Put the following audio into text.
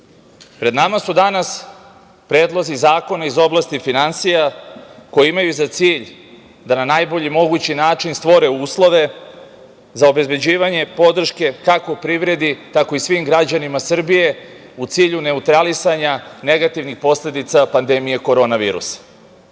pred nama su danas predlozi zakona iz oblasti finansija koji imaju za cilj da na najbolji način stvore uslove za obezbezđivanje podrške kako privredi, tako i svim građanima Srbije, u cilju neutralisanja negativnih posledica pandemije Korona virusa. To